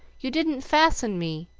you didn't fasten me,